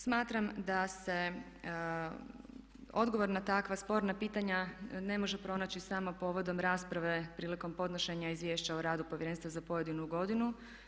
Smatram da se odgovor na takva sporna pitanja ne može pronaći samo povodom rasprave prilikom podnošenja Izvješća o radu Povjerenstva za pojedinu godinu.